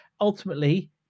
Ultimately